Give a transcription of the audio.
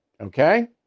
Okay